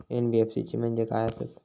NBFC म्हणजे खाय आसत?